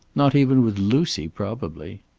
not even with lucy, probably.